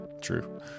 true